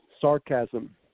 sarcasm